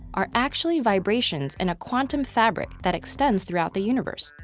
are actually vibrations in a quantum fabric that extends throughout the universe.